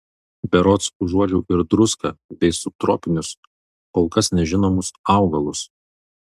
berods užuodžiau ir druską bei subtropinius kol kas nežinomus augalus